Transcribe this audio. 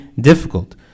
difficult